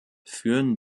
führen